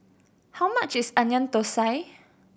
how much is Onion Thosai